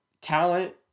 talent